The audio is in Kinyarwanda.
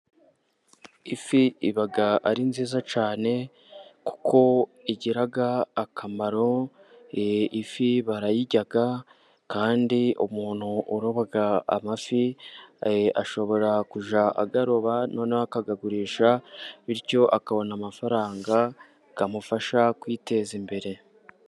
Ifi iba ari nziza cyane kuko igira akamaro, ifi barayirya, kandi umuntu uroba amafi ashobora kujya ayaroba noneho akayagurisha, bityo akabona amafaranga amufasha kwiteza imbere.